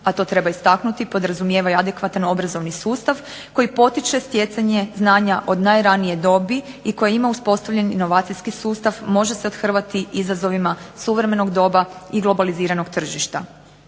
a to treba istaknuti podrazumijeva i adekvatan obrazovan sustav koji potiče stjecanje znanja od najranije dobi i koji ima uspostavljen inovacijski sustav može se othrvati izazovima suvremenog doba i globaliziranog tržišta.